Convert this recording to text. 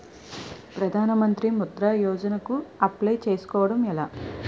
ప్రధాన మంత్రి ముద్రా యోజన కు అప్లయ్ చేసుకోవటం ఎలా?